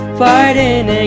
fighting